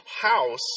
house